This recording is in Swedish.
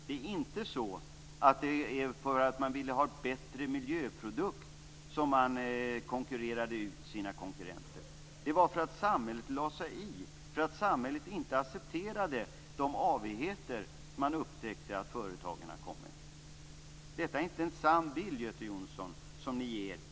Orsaken till att företag har konkurrerat ut sina konkurrenter har inte varit att man velat ha bättre miljöprodukter. Orsaken var att samhället lade sig i, att samhället inte accepterade de avigheter man upptäckte att företagen kom med. Det är inte en sann bild som ni ger i er reservation, Göte Jonsson.